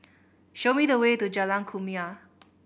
show me the way to Jalan Kumia